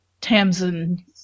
Tamsin